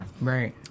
Right